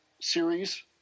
series